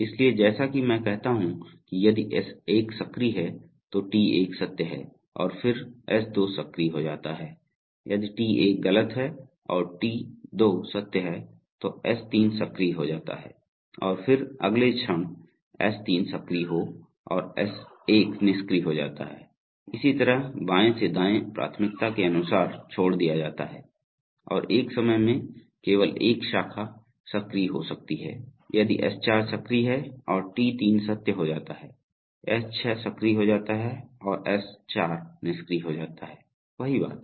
इसलिए जैसा कि मैं कहता हूं कि यदि S1 सक्रिय है तो T1 सत्य है और फिर S2 सक्रिय हो जाता है यदि T1 गलत है और T2 सत्य है तो S3 सक्रिय हो जाता है और फिर अगले क्षण S3 सक्रिय हो और S1 निष्क्रिय हो जाता है इसी तरह बाएं से दाएं प्राथमिकता के अनुसार छोड़ दिया जाता है और एक समय में केवल एक शाखा सक्रिय हो सकती है यदि S4 सक्रिय है और T3 सत्य हो जाता है S6 सक्रिय हो जाता है और S4 निष्क्रिय हो जाता है वही बात है